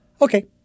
Okay